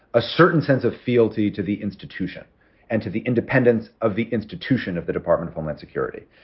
a certain sense of fealty to the institution and to the independence of the institution of the department of homeland security.